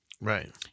Right